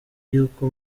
y’uko